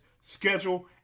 schedule